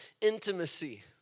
Intimacy